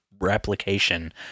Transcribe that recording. replication